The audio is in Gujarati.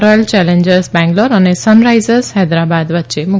રોયલ ચેલેન્જર્સ બેંગ્લોર અને સનરાઈઝર્સ હૈદરાબાદ વચ્ચે મુકાબલો